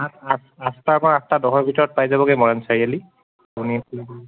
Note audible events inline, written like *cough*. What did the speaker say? আঠ আঠ আঠটাৰ পৰা আঠটা দহৰ ভিতৰত পাই যাবগৈ মৰাণ চাৰিআলি *unintelligible*